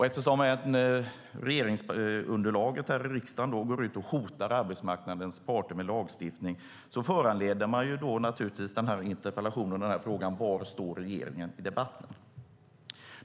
Eftersom regeringsunderlaget här i riksdagen går ut och hotar arbetsmarknadens parter med lagstiftning föranleder denna interpellation naturligtvis frågan: Var står regeringen i debatten?